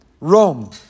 Rome